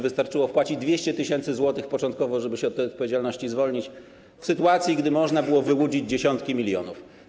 Wystarczyło wpłacić 200 tys. zł początkowo, żeby się z tej odpowiedzialności zwolnić, w sytuacji gdy można było wyłudzić dziesiątki milionów.